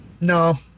No